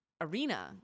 Arena